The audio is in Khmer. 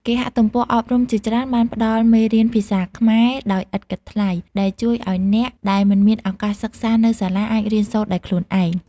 គេហទំព័រអប់រំជាច្រើនបានផ្តល់មេរៀនភាសាខ្មែរដោយឥតគិតថ្លៃ ដែលជួយឱ្យអ្នកដែលមិនមានឱកាសសិក្សានៅសាលាអាចរៀនសូត្រដោយខ្លួនឯង។